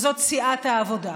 וזאת סיעת העבודה.